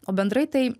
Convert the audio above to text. o bendrai tai